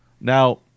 Now